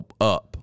up